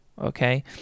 okay